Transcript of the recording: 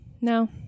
No